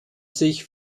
sich